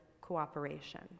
cooperation